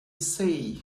say